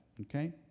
okay